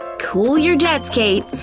cool your jets, kate.